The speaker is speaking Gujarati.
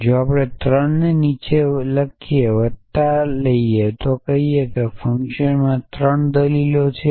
જો આપણે 3 ને નીચે વત્તા લઈએ તો આપણે કહીએ કે તે ફંકશન માં 3 દલીલ છે